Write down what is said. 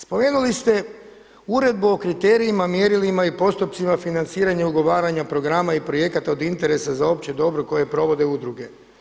Spomenuli ste uredbu o kriterijima, mjerilima i postupcima financiranja i ugovaranja programa i projekata od interesa za opće dobro koje provode uredbe.